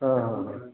हां हां हां